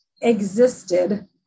existed